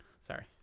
Sorry